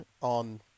on